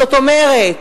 זאת אומרת,